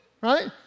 right